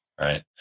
right